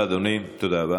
אדוני, תודה רבה.